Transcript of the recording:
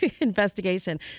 investigation